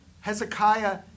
Hezekiah